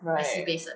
right